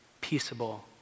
peaceable